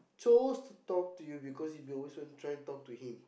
chose to talk to you because you been also try talk to him